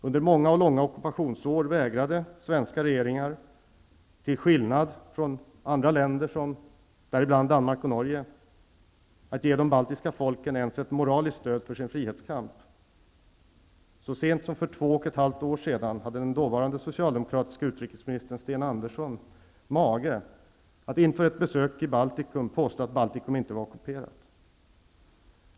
Under många och långa ockupationsår vägrade svenska regeringar -- till skillnad från bl.a. Danmark och Norge -- att ge de baltiska folken ens ett moraliskt stöd för sin frihetskamp. Så sent som för två och ett halvt år sedan hade den dåvarande socialdemokratiske utrikesministern Sten Andersson mage att, inför ett besök i Baltikum, påstå att Baltikum inte var ockuperat.